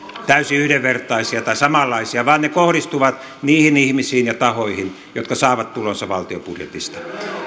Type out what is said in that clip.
täysin yhdenvertaisia tai samanlaisia vaan ne kohdistuvat niihin ihmisiin ja tahoihin jotka saavat tulonsa valtion budjetista